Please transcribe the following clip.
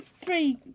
Three